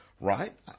Right